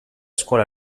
scuola